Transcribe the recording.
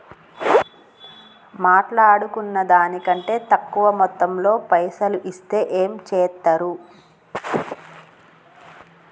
మాట్లాడుకున్న దాని కంటే తక్కువ మొత్తంలో పైసలు ఇస్తే ఏం చేత్తరు?